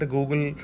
Google